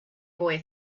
boy